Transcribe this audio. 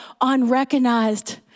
unrecognized